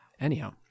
Anyhow